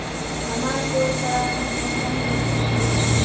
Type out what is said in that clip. हमार पोरपरागण कुंसम रोकीई?